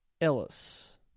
Ellis